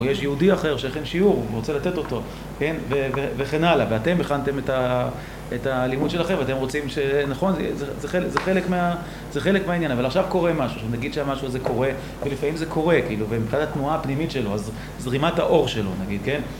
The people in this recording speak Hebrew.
יש יהודי אחר שהכין שיעור, הוא רוצה לתת אותו, כן, וכן הלאה. ואתם הכנתם את הלימוד של החבר'ה, אתם רוצים, נכון, זה חלק מהעניין. אבל עכשיו קורה משהו, נגיד שהמשהו הזה קורה, ולפעמים זה קורה, כאילו, ומתי התנועה הפנימית שלו, הזרימת האור שלו, נגיד, כן?